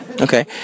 Okay